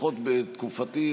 לפחות בתקופתי,